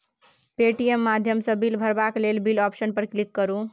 Paytm माध्यमसँ bill भरबाक लेल बिल आप्शन पर क्लिक करु